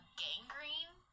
gangrene